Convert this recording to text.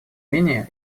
менее